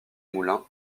moulins